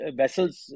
vessels